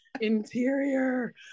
interior